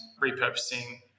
repurposing